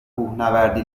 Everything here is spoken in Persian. کوهنوردی